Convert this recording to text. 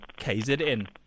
KZN